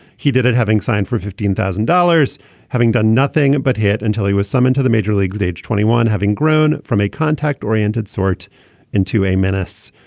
he did it having signed for fifteen thousand dollars having done nothing but hit until he was summoned to the major league at age twenty one having grown from a contact oriented sport into a menace.